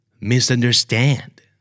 Misunderstand